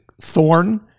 thorn